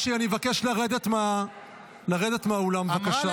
אני מבקש לרדת מהאולם, בבקשה.